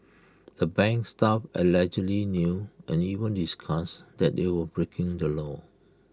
the bank's staff allegedly knew and even discussed that they were breaking the law